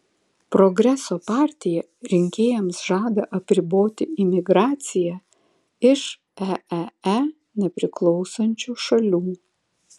progreso partija rinkėjams žada apriboti imigraciją iš eee nepriklausančių šalių